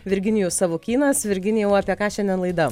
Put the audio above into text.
virginijus savukynas virginijau apie ką šiandien laida